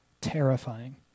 terrifying